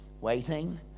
waiting